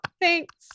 thanks